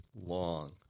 long